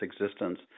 existence